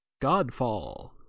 Godfall